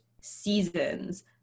seasons